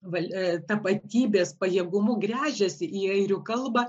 valia tapatybės pajėgumu gręžiasi į airių kalbą